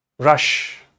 Rush